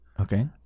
okay